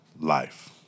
life